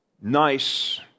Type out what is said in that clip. nice